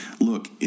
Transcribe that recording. look